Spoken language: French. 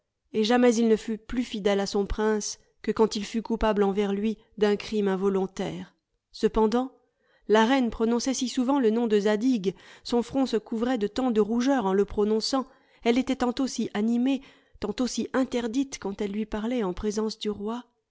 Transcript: et jamais il ne fut plus fidèle à son prince que quand il fut coupable envers lui d'un crime involontaire cependant la reine prononçait si souvent le nom de zadig son front se couvrait de tant de rougeur en le prononçant elle était tantôt si animée tantôt si interdite quand elle lui parlait en présence du roi